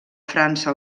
frança